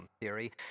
theory